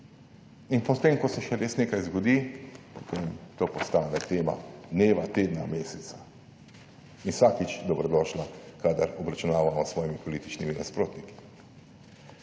in potem, ko se še res nekaj zgodi, potem to postane tema dneva, tedna, meseca in vsakič dobrodošla, kadar obračunavamo s svojimi političnimi nasprotniki.